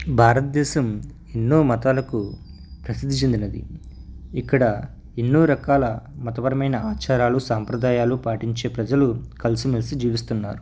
భారతదేశం ఎన్నో మతాలకు ప్రసిద్ధి చెందినది ఇక్కడ ఎన్నో రకాల మతపరమైన ఆచారాలు సాంప్రదాయాలు పాటించే ప్రజలు కలిసి మెలిసి జీవిస్తున్నారు